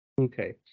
Okay